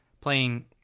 playing